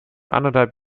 anderthalb